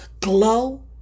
glow